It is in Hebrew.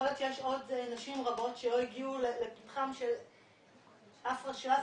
יכול להיות שיש עוד נשים רבות שלא הגיעו לפתחה של אף רשות.